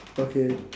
okay